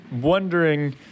Wondering